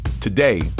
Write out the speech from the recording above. Today